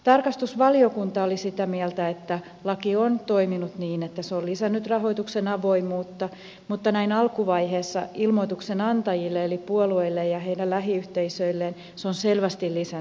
tarkastusvaliokunta oli sitä mieltä että laki on toiminut niin että se on lisännyt rahoituksen avoimuutta mutta näin alkuvaiheessa ilmoituksen antajille eli puolueille ja heidän lähiyhteisöilleen se on selvästi lisännyt työtä